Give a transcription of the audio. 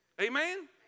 Amen